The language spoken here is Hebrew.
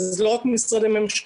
וזה לא רק משרדי ממשלה,